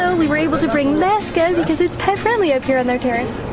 so we were able to bring laska, because it's pet-friendly up here on their terrace!